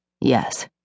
Yes